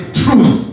truth